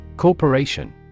Corporation